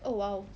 oh !wow!